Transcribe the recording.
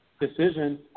decision